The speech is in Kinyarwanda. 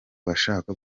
bashaka